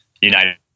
United